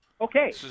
Okay